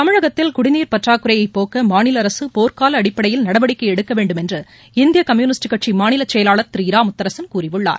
தமிழகத்தில் குடிநீர் பற்றாக்குறையைப் போக்க மாநில அரசு போர்க்கால அடிப்படையில் நடவடிக்கை எடுக்க வேண்டும் என்று இந்திய கம்யூனிஸ்ட் கட்சி மாநில செயலாளர் திரு இரா முத்தரசன் கூறியுள்ளார்